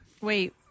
wait